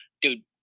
dude